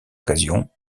occasion